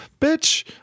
Bitch